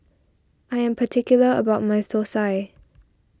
I am particular about my Thosai